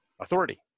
authority